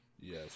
yes